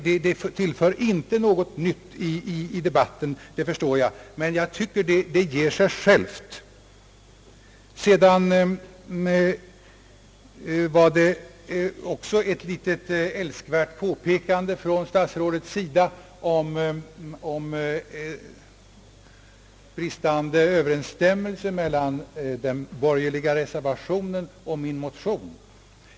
Det tillför inte debatten något nytt, det förstår jag, men jag tycker att det ger sig självt. Statsrådet gjorde också ett litet älskvärt påpekande om bristande överensstämmelse mellan den borgerliga reservationen och min motion.